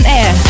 air